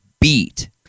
beat